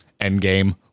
Endgame